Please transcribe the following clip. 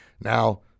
Now